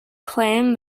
claimed